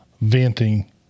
venting